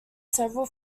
several